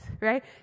right